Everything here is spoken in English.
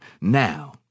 Now